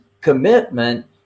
commitment